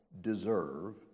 deserve